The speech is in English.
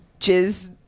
jizz